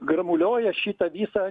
gromulioja šitą visą